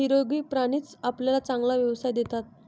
निरोगी प्राणीच आपल्याला चांगला व्यवसाय देतात